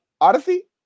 Odyssey